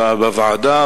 בוועדה,